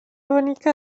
bonica